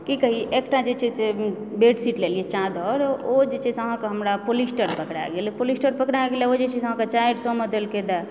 की कहि एकटा जे छै से बेडशीट लेलियै चादरि ओ जे छै से अहाँकऽ हमरा पोलिस्टर पकड़ा गेल पोलिस्टर पकड़ा गेल ओ जे छै से अहाँके चारि सए मे देलकै तऽ